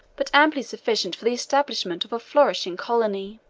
but amply sufficient for the establishment of a flourishing colony.